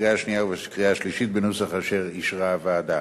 בקריאה השנייה ובקריאה השלישית בנוסח אשר אישרה הוועדה.